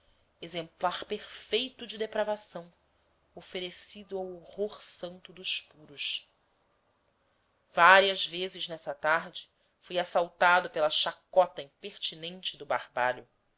exemplar perfeito de depravação oferecido ao horror santo dos puros várias vezes nessa tarde fui assaltado pela chacota impertinente do barbalho